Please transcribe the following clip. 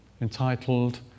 entitled